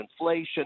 inflation